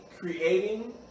creating